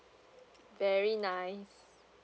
very nice